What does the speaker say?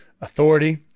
authority